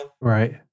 Right